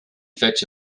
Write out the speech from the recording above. fetch